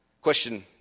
Question